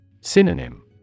Synonym